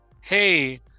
hey